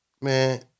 man